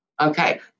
Okay